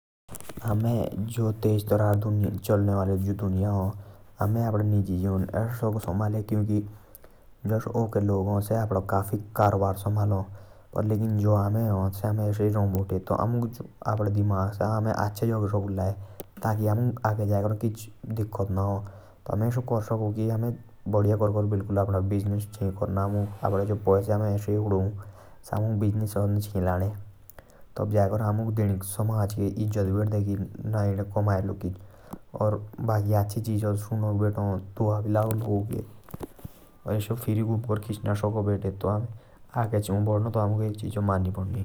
आमे जो तेज तारा चलने वाड़े दुनिया आ। जस ओके लोग हा से अपड़ा कारोबार समलो। और आमे असे ही रही भोटे। ता आमे अपड़ा दिमाग अच्छे जागे सकु लाये। तकि अमुक आगे गएकर कुछ दिकत ना हा।